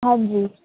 ਹਾਂਜੀ